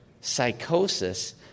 Psychosis